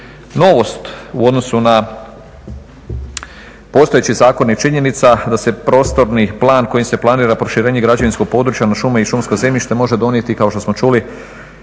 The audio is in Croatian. Novost u odnosu na postojeći zakon je činjenica da se prostorni plan kojim se planira proširenje građevinskog područja na šume i šumsko zemljište može donijeti kao što smo čuli